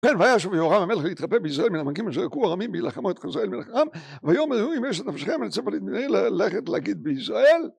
כן - "וישב יהורם המלך להתרפא ביזרעאל מן המכים אשר יכהו ארמים בהלחמו את חזאל מלך ארם, ויאמר יהוא אם יש נפשכם אל יצא פליט מן העיר ללכת להגיד ביזרעאל"